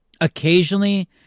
Occasionally